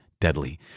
deadly